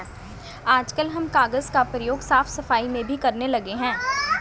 आजकल हम कागज का प्रयोग साफ सफाई में भी करने लगे हैं